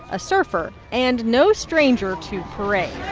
a surfer and no stranger to parades